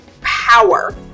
power